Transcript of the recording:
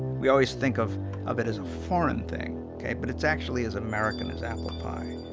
we always think of of it as a foreign thing, okay, but it's actually as american as apple pie.